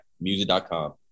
music.com